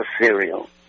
cereal